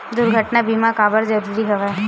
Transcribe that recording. दुर्घटना बीमा काबर जरूरी हवय?